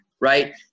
right